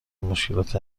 مشکلات